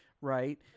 Right